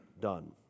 done